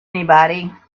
anybody